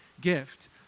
gift